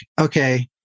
okay